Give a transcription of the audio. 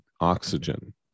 oxygen